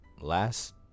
last